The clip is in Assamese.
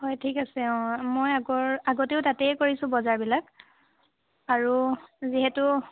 হয় ঠিক আছে অ মই আগৰ আগতেও তাতে কৰিছোঁ বজাৰবিলাক আৰু যিহেতু